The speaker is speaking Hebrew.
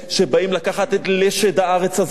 שבאים לקחת את לשד הארץ הזאת.